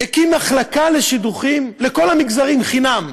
הקים מחלקה לשידוכים לכל המגזרים חינם.